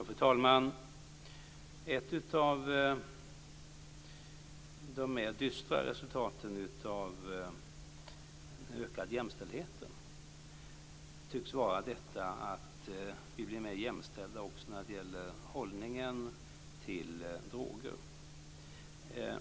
Fru talman! Ett av de mer dystra resultaten av den ökade jämställdheten tycks vara att vi blir mer jämställda också när det gäller hållningen till droger.